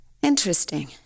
Interesting